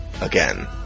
again